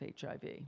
HIV